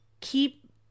keep